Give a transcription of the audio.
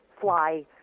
fly